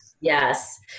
Yes